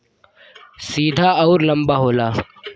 सीधा अउर लंबा होला